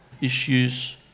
issues